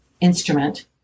instrument